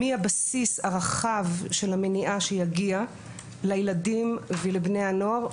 מהבסיס הרחב של המניעה שיגיע לילדים ולבני הנוער,